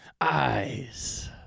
Eyes